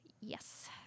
Yes